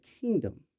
kingdom